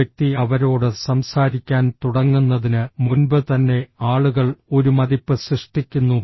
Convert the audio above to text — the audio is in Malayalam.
ഒരു വ്യക്തി അവരോട് സംസാരിക്കാൻ തുടങ്ങുന്നതിന് മുൻപ് തന്നെ ആളുകൾ ഒരു മതിപ്പ് സൃഷ്ടിക്കുന്നു